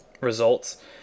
results